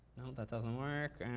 that doesn't work.